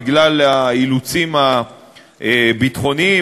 בגלל האילוצים הביטחוניים,